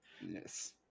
Yes